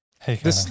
Hey